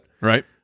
Right